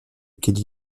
kelly